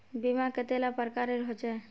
बीमा कतेला प्रकारेर होचे?